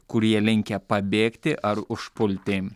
kurie linkę pabėgti ar užpulti